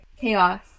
chaos